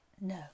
No